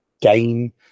game